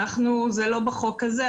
זה לא בחוק הזה.